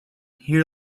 here